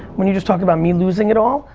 when you just talked about me losing it all,